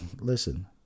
listen